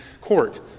court